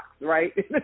right